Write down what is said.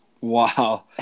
Wow